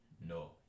No